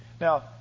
Now